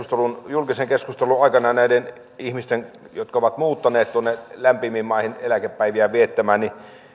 julkisen keskustelun aikana näiden ihmisten jotka ovat muuttaneet tuonne lämpimiin maihin eläkepäiviään viettämään